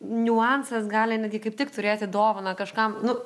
niuansas gali netgi kaip tik turėti dovaną kažkam nu